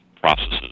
processes